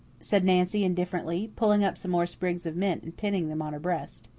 said nancy indifferently, pulling up some more sprigs of mint and pinning them on her breast.